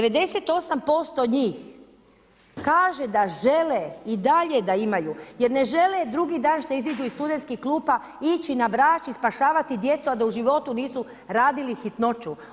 98% njih kaže da žele i dalje da imaju jer ne žele drugi dan što iziđu iz studenskih klupa ići na Brač i spašavati djecu a da u životu nisu radili hitnoću.